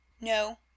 No